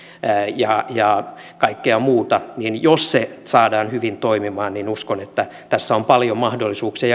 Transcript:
ja ja kaikkea muuta joten jos se saadaan hyvin toimimaan niin uskon että tässä on paljon mahdollisuuksia